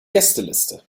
gästeliste